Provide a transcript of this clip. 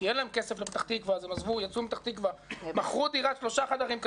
כי אין להם כסף לפתח תקווה אז הם מכרו דירת 3 חדרים בפתח